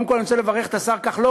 קודם כול, אני רוצה לברך את השר כחלון,